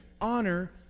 honor